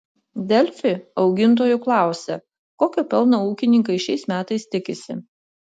delfi augintojų klausia kokio pelno ūkininkai šiais metais tikisi